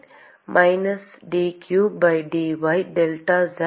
minus dq by dy delta z